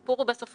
הם מצאו